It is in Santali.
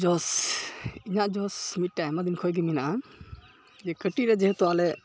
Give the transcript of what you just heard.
ᱡᱚᱥᱻ ᱤᱧᱟᱹᱜ ᱡᱚᱥ ᱢᱤᱫᱴᱮᱱ ᱟᱭᱢᱟᱫᱤᱱ ᱠᱷᱚᱱᱜᱮ ᱢᱮᱱᱟᱜᱼᱟ ᱠᱟᱹᱴᱤᱡᱨᱮ ᱡᱮᱦᱮᱛᱩ ᱟᱞᱮ